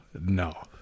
no